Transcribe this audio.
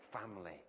family